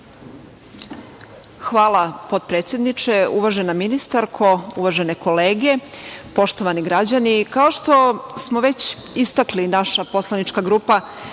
Hvala potpredsedniče. Uvažena ministarko, uvažene kolege, poštovani građani, kao što smo već istakli, naša poslanička grupa